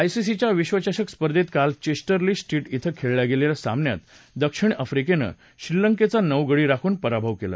ICC विश्वचषक स्पर्धेत काल चेस्टर ली स्ट्रीट धिं खेळल्या गेलेल्या सामन्यात दक्षिण अफ्रिकेनं श्रीलंकेचा नऊ गडी राखून पराभव केला